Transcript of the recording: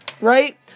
Right